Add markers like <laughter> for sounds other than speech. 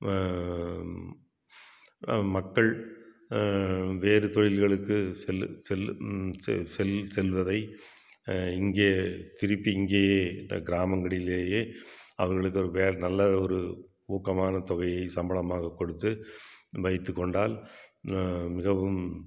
மக்கள் வேறு தொழில்களுக்கு செல்லு செல்லு செல் செல்வதை இங்கே திருப்பி இங்கேயே கிராமங்களிலேயே அவர்களுக்கு ஒரு <unintelligible> நல்ல ஒரு ஊக்கமான தொகையை சம்பளமாக கொடுத்து வைத்துக்கொண்டால் மிகவும்